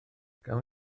gawn